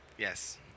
Yes